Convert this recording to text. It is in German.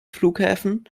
flughäfen